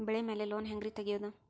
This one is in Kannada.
ಬೆಳಿ ಮ್ಯಾಲೆ ಲೋನ್ ಹ್ಯಾಂಗ್ ರಿ ತೆಗಿಯೋದ?